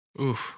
Oof